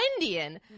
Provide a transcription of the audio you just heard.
indian